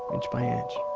inch by inch,